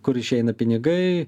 kur išeina pinigai